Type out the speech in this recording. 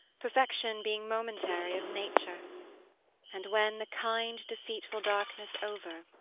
perfection being momentary of nature and when, the kind, deceitful darkness over,